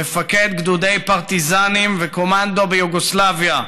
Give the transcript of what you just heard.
מפקד גדודי פרטיזנים וקומנדו ביוגוסלביה.